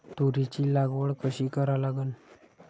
तुरीची लागवड कशी करा लागन?